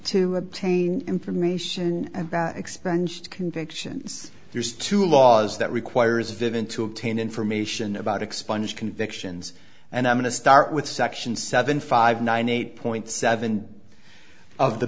to obtain information and expand convictions there's two laws that requires vivan to obtain information about expunged convictions and i'm going to start with section seven five nine eight point seven of the